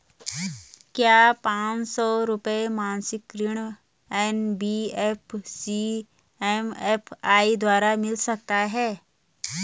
क्या पांच सौ रुपए मासिक ऋण एन.बी.एफ.सी एम.एफ.आई द्वारा मिल सकता है?